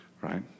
right